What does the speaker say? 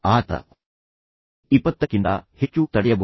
ಆತ ಇಪ್ಪತ್ತಕ್ಕಿಂತ ಹೆಚ್ಚು ತಡೆಯಬಹುದೇ